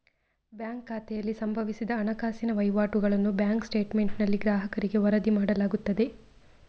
bank ಖಾತೆಯಲ್ಲಿ ಸಂಭವಿಸಿದ ಹಣಕಾಸಿನ ವಹಿವಾಟುಗಳನ್ನು ಬ್ಯಾಂಕ್ ಸ್ಟೇಟ್ಮೆಂಟಿನಲ್ಲಿ ಗ್ರಾಹಕರಿಗೆ ವರದಿ ಮಾಡಲಾಗುತ್ತದೆ